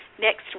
next